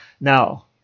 Now